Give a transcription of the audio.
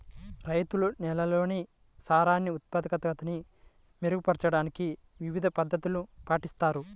రైతులు నేలల్లోని సారాన్ని ఉత్పాదకతని మెరుగుపరచడానికి వివిధ పద్ధతులను పాటిస్తారు